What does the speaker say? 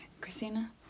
Christina